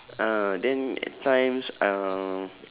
uh then at times um